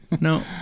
no